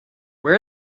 where